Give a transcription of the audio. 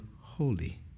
holy